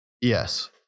Yes